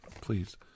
please